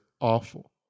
awful